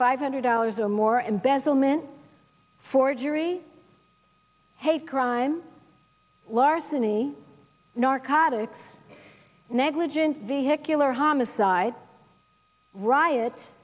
five hundred dollars or more embezzlement forgery hate crime larceny narcotics negligent vehicular homicide riot